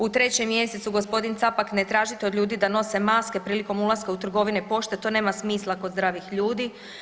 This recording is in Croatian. U 3. mjesecu gospodin Capak ne tražite od ljudi da nose maske prilikom ulaska u trgovine i pošte to nema smisla kod zdravih ljudi.